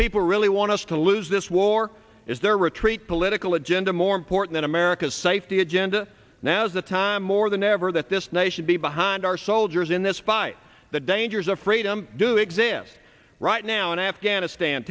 people really want us to lose this war is their retreat political agenda more important in america's safety agenda now's the time more than ever that this nation be behind our soldiers in this fight the dangers of freedom do exist right now in afghanistan